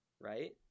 right